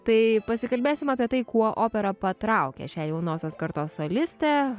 tai pasikalbėsim apie tai kuo opera patraukė šią jaunosios kartos solistę